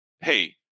hey